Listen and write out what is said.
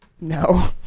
No